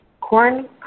corn